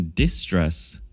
distress